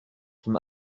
from